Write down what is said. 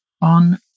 on